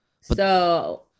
So-